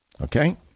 Okay